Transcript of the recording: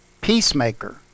peacemaker